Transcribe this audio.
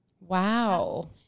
Wow